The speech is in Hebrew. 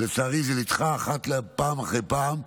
ולצערי זה נדחה פעם אחר פעם,